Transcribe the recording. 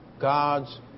God's